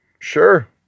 Sure